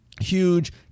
huge